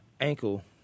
ankle